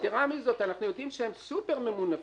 יתרה מזאת, אנחנו יודעים שהם סופר ממונפים,